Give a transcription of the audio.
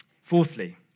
Fourthly